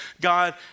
God